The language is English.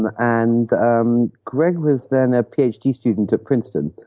and and um greg was then a phd student at princeton,